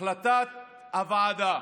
החלטת הוועדה.